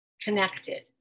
connected